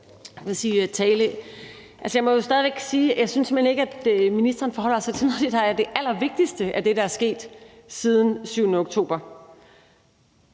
Jeg må jo stadig væk sige, at jeg simpelt hen ikke synes, at ministeren forholder sig til noget af det, der er det allervigtigste, der er sket siden den 7. oktober,